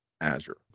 Azure